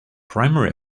primary